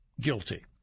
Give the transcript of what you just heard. guilty